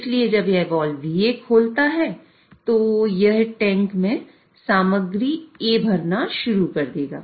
इसलिए जब यह वाल्व VA खोलता है तो यह टैंक में सामग्री A भरना शुरू कर देगा